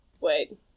wait